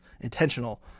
intentional